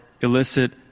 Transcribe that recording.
illicit